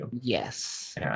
Yes